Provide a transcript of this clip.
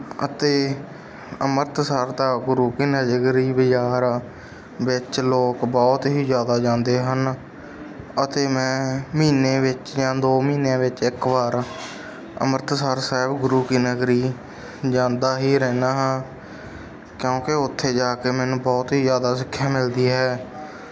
ਅਤੇ ਅੰਮ੍ਰਿਤਸਰ ਦਾ ਗੁਰੂ ਕੀ ਨਗਰੀ ਬਜ਼ਾਰ ਵਿੱਚ ਲੋਕ ਬਹੁਤ ਹੀ ਜ਼ਿਆਦਾ ਜਾਂਦੇ ਹਨ ਅਤੇ ਮੈਂ ਮਹੀਨੇ ਵਿੱਚ ਜਾਂ ਦੋ ਮਹੀਨਿਆਂ ਵਿੱਚ ਇੱਕ ਵਾਰ ਅੰਮ੍ਰਿਤਸਰ ਸਾਹਿਬ ਗੁਰੂ ਕੀ ਨਗਰੀ ਜਾਂਦਾ ਹੀ ਰਹਿੰਦਾ ਹਾਂ ਕਿਉਂਕਿ ਉੱਥੇ ਜਾ ਕੇ ਮੈਨੂੰ ਬਹੁਤ ਹੀ ਜ਼ਿਆਦਾ ਸਿੱਖਿਆ ਮਿਲਦੀ ਹੈ